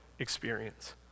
experience